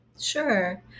Sure